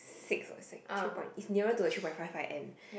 six or six three point it's nearer to the three point five five end